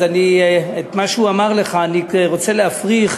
אז את מה שהוא אמר לך אני רוצה להפריך,